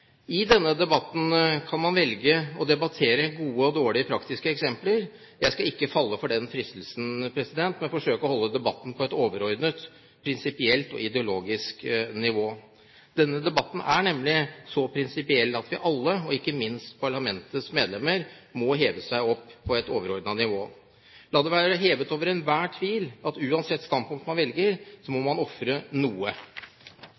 I denne debatten kan man velge å debattere gode og dårlige praktiske eksempler. Jeg skal ikke falle for den fristelsen, men forsøke å holde debatten på et overordnet, prinsipielt og ideologisk nivå. Denne debatten er nemlig så prinsipiell at vi alle, og ikke minst parlamentets medlemmer, må heve seg opp på et overordnet nivå. La det være hevet over enhver tvil at uansett hvilket standpunkt man velger,